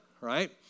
right